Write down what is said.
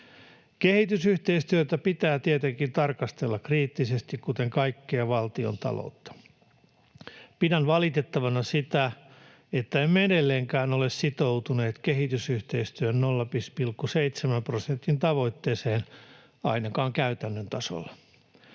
Kehitysyhteistyötä pitää tietenkin tarkastella kriittisesti, kuten kaikkea valtiontaloutta. Pidän valitettavana sitä, että emme edelleenkään ole sitoutuneet kehitysyhteistyön 0,7 prosentin tavoitteeseen ainakaan käytännön tasolla.